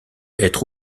être